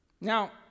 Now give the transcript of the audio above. Now